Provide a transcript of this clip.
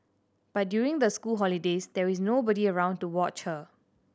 but during the school holidays there is nobody around to watch her